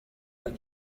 what